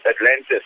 Atlantis